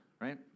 right